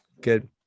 Good